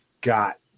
got